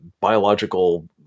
biological